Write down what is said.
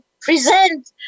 present